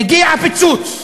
מגיע פיצוץ.